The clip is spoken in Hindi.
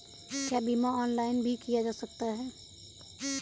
क्या बीमा ऑनलाइन भी किया जा सकता है?